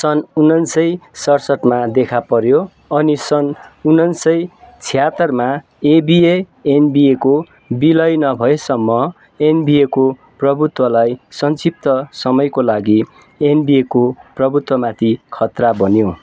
सन् उनान्सय सतसट्ठीमा देखा पऱ्यो अनि सन् उनान्सय छयहत्तरमा एबिआइएनबिएको विलय नभएसम्म एनबिएको प्रभुत्वलाई संक्षिप्त समयको लागि एनबिएको प्रभुत्वमाथि खतरा बन्यो